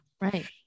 Right